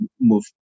move